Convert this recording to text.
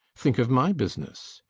think of my business!